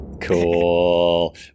Cool